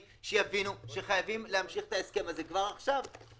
שיבינו שחייבים להמשיך את ההסכם הזה כבר עכשיו.